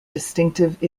distinctive